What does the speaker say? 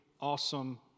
awesome